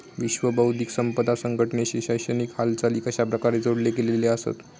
विश्व बौद्धिक संपदा संघटनेशी शैक्षणिक हालचाली कशाप्रकारे जोडले गेलेले आसत?